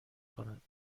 کند